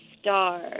star